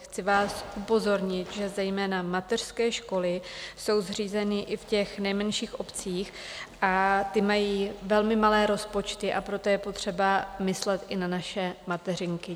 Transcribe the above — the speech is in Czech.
Chci vás upozornit, že zejména mateřské školy jsou zřízeny i v těch nejmenších obcích, a ty mají velmi malé rozpočty, a proto je potřeba myslet i na naše mateřinky.